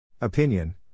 Opinion